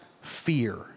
fear